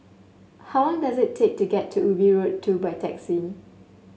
how long does it take to get to Ubi Road Two by taxi